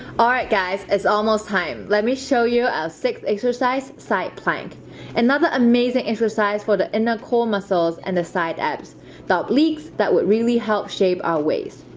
alright guys, it's almost time let me show you a sixth exercise side plank another amazing exercise for the inner core muscles and the side abs the obliques that would really help shape our ways